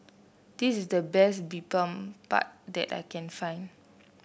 this the best Bibimbap that I can find